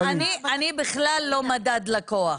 תשמע, אני בכלל לא מדד לכוח.